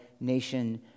nation